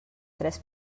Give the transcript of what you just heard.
tres